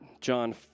John